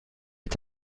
est